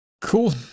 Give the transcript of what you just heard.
cool